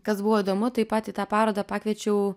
kas buvo įdomu taip pat į tą parodą pakviečiau